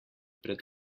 pred